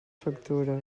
factura